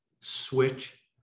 switch